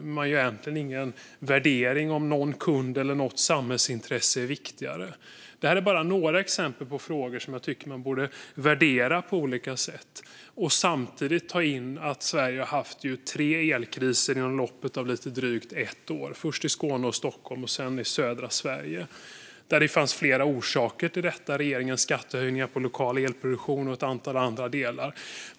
Man gör egentligen inte någon värdering av om någon kund eller något samhällsintresse är viktigare. Detta är bara några exempel på frågor som jag tycker att man borde värdera på olika sätt och samtidigt ta in att Sverige har haft tre elkriser under loppet av lite drygt ett år, först i Skåne och Stockholm och sedan i södra Sverige. Det fanns flera orsaker till detta: regeringens skattehöjningar på lokal elproduktion och ett antal andra delar.